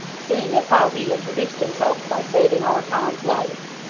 seeing as how he introduced himself by saving our tom's life.